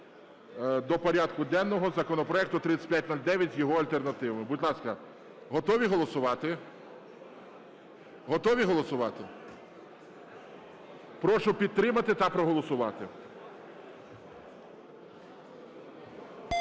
до порядку денного законопроекту 3509 з його альтернативами. Будь ласка, готові голосувати? Готові голосувати? Прошу підтримати та проголосувати.